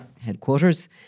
headquarters